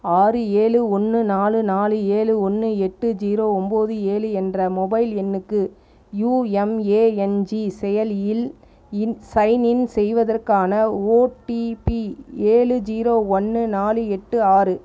ஆறு ஏழு ஒன்று நாலு நாலு ஏழு ஒன்று எட்டு ஜீரோ ஒம்போது ஏழு என்ற மொபைல் எண்ணுக்கு யுஎம்ஏஎன்ஜி செயலியில் இன் சைன் இன் செய்வதற்கான ஒடிபி ஏழு ஜீரோ ஒன்று நாலு எட்டு ஆறு